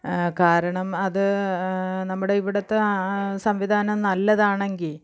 കാരണം അത് നമ്മുടെ ഇവിടത്തെ സംവിധാനം നല്ലതാണെങ്കിൽ